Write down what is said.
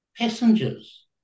passengers